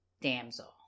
damsel